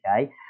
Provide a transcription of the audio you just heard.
okay